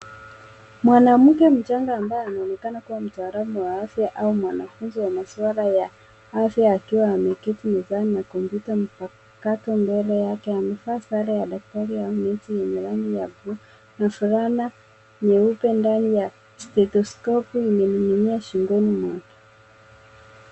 Mwanamke mchanga, ambaye anaonekana kuwa mtaalam wa afya au mwanafunzi wa maswala ya afya akiwa ameketi mezani na kompyuta mpakato, mbele yake amevaa sare ya daktari yenye rangi ya bluu na fulana nyeupe ndani ,na teleskofu imening'inia shingoni mwake.